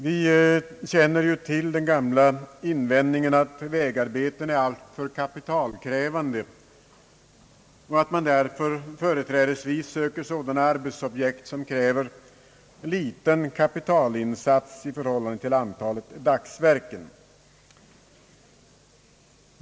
Vi känner till den gamla invändningen att vägarbeten är alltför kapitalkrävande och att man därför företrädesvis bör söka sådana arbetsobjekt som kräver liten kapitalinsats i förhållande till antalet dagsverken.